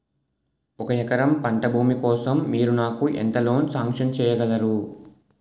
ఒక ఎకరం పంట భూమి కోసం మీరు నాకు ఎంత లోన్ సాంక్షన్ చేయగలరు?